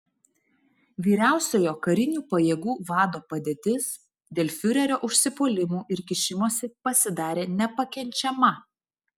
vyriausiojo karinių pajėgų vado padėtis dėl fiurerio užsipuolimų ir kišimosi pasidarė nepakenčiama